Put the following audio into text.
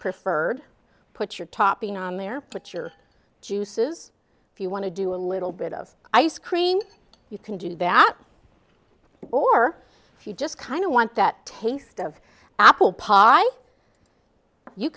preferred put your topping on there put your juices if you want to do a little bit of ice cream you can do that or if you just kind of want that taste of apple pie you